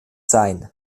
sein